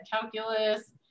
calculus